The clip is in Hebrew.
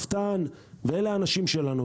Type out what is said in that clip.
אלה האנשים שלנו.